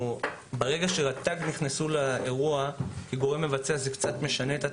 ברגע שרט"ג נכנסו לאירוע כגורם מבצע זה קצת משנה את התהליך,